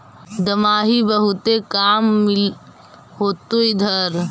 दमाहि बहुते काम मिल होतो इधर?